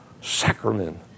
sacrament